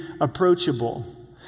approachable